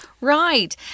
Right